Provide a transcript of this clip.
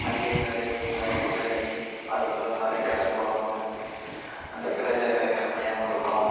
மளிகை கடை காய்கறி கடை அதுபோல் நிறைய கடை போடுவாங்க அந்த கடையில் விலை கம்மியாகவும் இருக்கும்